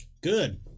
Good